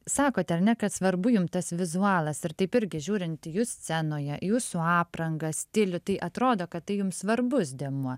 sakote ane kad svarbu jum tas vizualas ir taip irgi žiūrint į jus scenoje jūsų aprangą stilių tai atrodo kad tai jums svarbus dėmuo